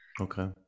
okay